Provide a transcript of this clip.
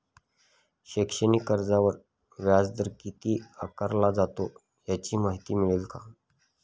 शैक्षणिक कर्जावर व्याजदर किती आकारला जातो? याची माहिती मिळेल का?